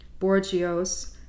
Borgios